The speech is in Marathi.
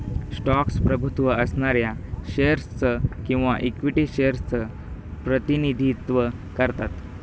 स्टॉक प्रभुत्व असणाऱ्या शेअर्स च किंवा इक्विटी शेअर्स च प्रतिनिधित्व करतात